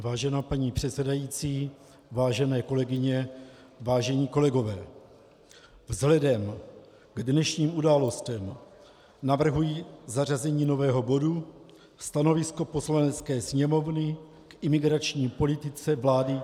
Vážená paní předsedající, vážené kolegyně, vážení kolegové, vzhledem k dnešním událostem navrhuji zařazení nového bodu Stanovisko Poslanecké sněmovny k imigrační politice vlády ČR.